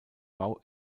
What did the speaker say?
bau